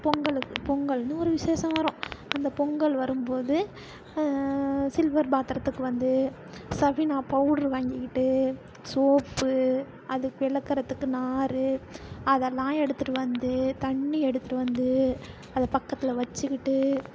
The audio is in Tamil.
பொங்கலுக்கு பொங்கல்னு ஒரு விசேஷம் வரும் அந்த பொங்கல் வரும்போது சில்வர் பாத்திரத்துக்கு வந்து சஃபினா பவுடரு வாங்கிக்கிட்டு சோப்பு அது விளக்கிறதுக்கு நாரு அதலாம் எடுத்துட்டு வந்து தண்ணி எடுத்துட்டு வந்து அதை பக்கத்தில் வச்சுக்கிட்டு